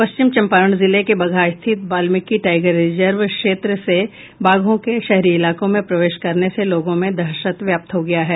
पश्चिम चंपारण जिले के बगहा स्थित बाल्मिकी टाईगर रिजर्व क्षेत्र से बाघों के शहरी इलाकों में प्रवेश करने से लोगों में दहशत व्याप्त हो गया है